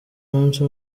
umunsi